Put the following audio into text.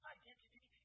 identity